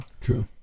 true